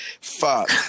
fuck